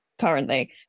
currently